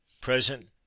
Present